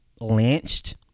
lynched